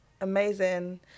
amazing